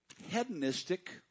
hedonistic